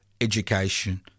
education